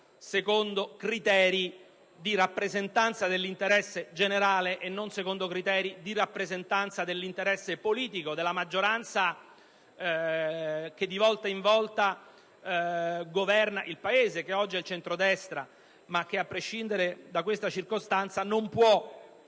secondo criteri di rappresentanza dell'interesse generale e non secondo criteri di rappresentanza dell'interesse politico della maggioranza che di volta in volta governa il Paese. Oggi è il centrodestra, ma - a prescindere da questa circostanza - la